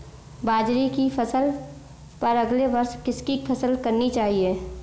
बाजरे की फसल पर अगले वर्ष किसकी फसल करनी चाहिए?